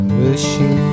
wishing